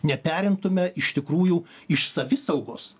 neperimtume iš tikrųjų iš savisaugos